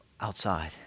outside